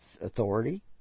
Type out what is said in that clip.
authority